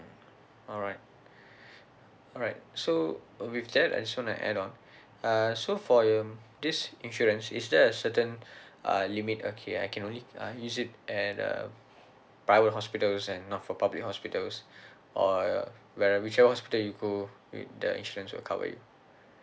alright alright so with that I just want to add on uh so for your this insurance is there a certain uh limit okay I can only uh use it at uh private hospitals and not for public hospitals or where whichever hospital you go the insurance will cover it